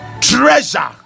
treasure